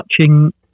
touching